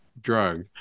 drug